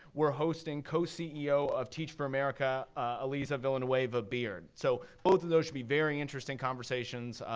we're hosting co-ceo of teach for america elisa villanueva beard. so both of those should be very interesting conversations.